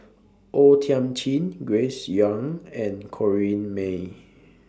O Thiam Chin Grace Young and Corrinne May